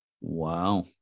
Wow